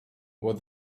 what